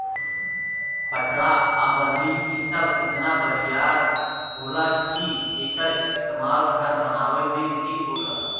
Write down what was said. पटरा आ बल्ली इ सब इतना बरियार होला कि एकर इस्तमाल घर बनावे मे भी होला